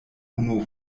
unu